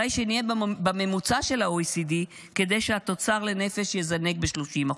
די שנהיה בממוצע של ה-OECD כדי שהתוצר לנפש יזנק ב-30%.